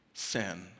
Sin